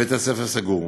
בית-הספר סגור,